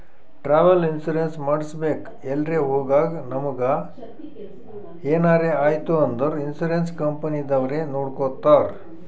travel insurance ಮಾಡಿಸ್ಬೇಕ್ ಎಲ್ರೆ ಹೊಗಾಗ್ ನಮುಗ ಎನಾರೆ ಐಯ್ತ ಅಂದುರ್ ಇನ್ಸೂರೆನ್ಸ್ ಕಂಪನಿದವ್ರೆ ನೊಡ್ಕೊತ್ತಾರ್